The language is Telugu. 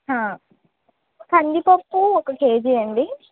కంది పప్పు ఒక కేజీ అండి